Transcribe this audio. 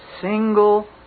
single